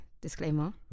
disclaimer